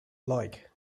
like